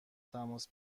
تماس